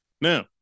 Now